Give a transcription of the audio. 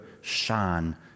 shine